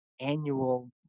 annual